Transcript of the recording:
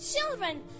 Children